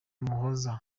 muhoza